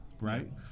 Right